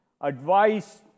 Advice